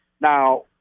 Now